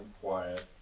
quiet